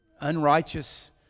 unrighteous